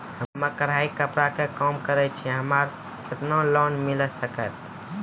हम्मे कढ़ाई कपड़ा के काम करे छियै, हमरा केतना लोन मिले सकते?